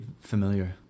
familiar